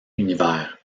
univers